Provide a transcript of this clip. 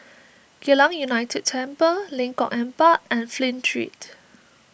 Geylang United Temple Lengkok Empat and Flint Street